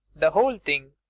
the whole thing.